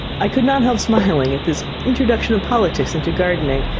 i could not help smiling at this introduction of politics into gardening,